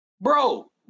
Bro